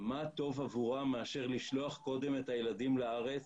טוב עבורם מאשר לשלוח קודם את הילדים לארץ,